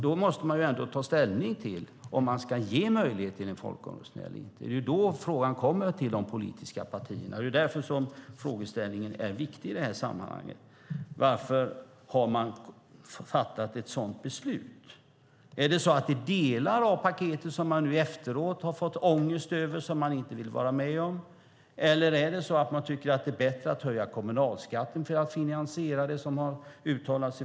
Då måste man ta ställning till om man ska ge möjlighet till folkomröstning eller inte. Då kommer frågan till de politiska partierna. Det är därför frågeställningen är viktig i detta sammanhang: Varför har ni fattat ett sådant beslut? Är det delar av paketet som ni i efterhand har fått ångest över och som ni inte vill vara med om? Eller tycker ni att det är bättre att höja kommunalskatten för att finansiera detta?